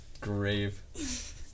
grave